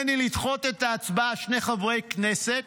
שני חברי כנסת,